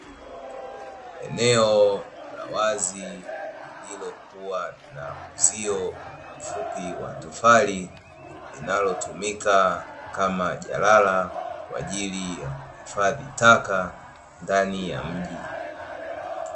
Eneo la wazi, lililokuwa na uzio mfupi wa tofali zinazotumika kama jalala kwa ajili ya kuhifadhi taka ndani ya mji.